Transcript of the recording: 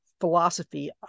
philosophy